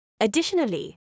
Additionally